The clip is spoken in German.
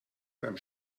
beim